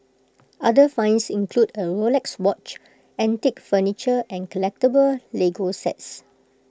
other finds include A Rolex watch antique furniture and collectable Lego sets